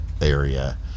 area